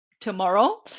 tomorrow